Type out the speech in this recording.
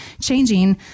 changing